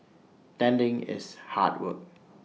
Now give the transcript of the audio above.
tending it's hard work